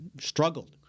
struggled